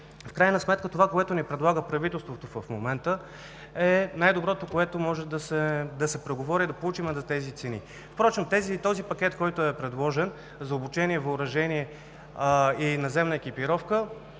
в крайна сметка това, което ни предлага правителството в момента, е най-доброто, което може да се преговори, да получим за тези цени. Впрочем, този пакет, който е предложен за обучение, въоръжение и наземна екипировка